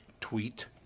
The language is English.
tweet